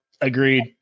agreed